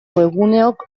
webguneok